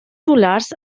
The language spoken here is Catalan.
solars